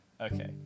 Okay